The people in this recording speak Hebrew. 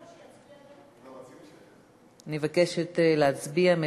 אני מבקשת להצביע.